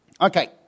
Okay